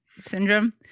syndrome